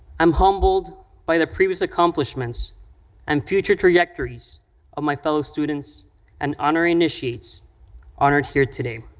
i'm humbled by the previous accomplishments and future trajectories of my fellow students and honor initiates honored here today.